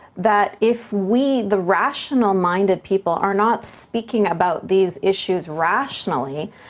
that if we, the rational-minded people, are not speaking about these issues rationally,